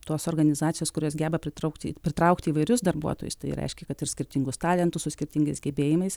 tos organizacijos kurios geba pritraukti pritraukti įvairius darbuotojus tai reiškia kad ir skirtingus talentus su skirtingais gebėjimais